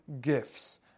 gifts